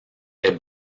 est